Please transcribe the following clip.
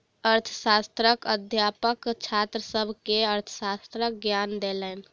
अर्थशास्त्रक अध्यापक छात्र सभ के अर्थशास्त्रक ज्ञान देलैन